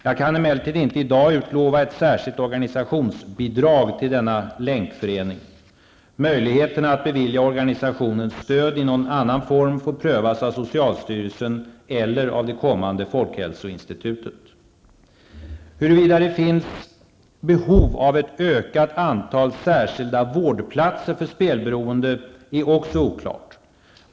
Jag kan emellertid inte i dag utlova ett särskilt organisationsbidrag till denna länkförening. Möjligheterna att bevilja organisationen stöd i någon annan form får prövas av socialstyrelsen eller av det kommande folkhälsoinstitutet. Huruvida det finns behov av ett ökat antal särskilda vårdplatser för spelberoende är också oklart.